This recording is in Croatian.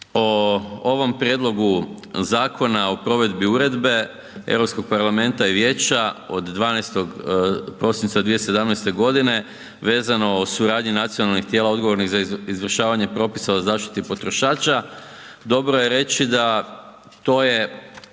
o ovom Prijedlogu Zakona o provedbi Uredbe Europskog parlamenta i vijeća od 12. prosinca 2017. godine vezano o suradnji nacionalnih tijela odgovornih za izvršavanje propisa o zaštiti potrošača dobro je reći da to je